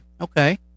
okay